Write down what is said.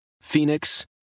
Phoenix